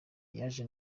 yaje